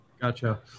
gotcha